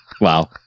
wow